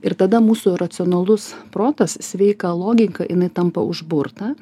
ir tada mūsų racionalus protas sveika logika jinai tampa užburta